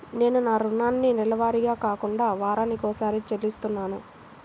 నేను నా రుణాన్ని నెలవారీగా కాకుండా వారానికోసారి చెల్లిస్తున్నాను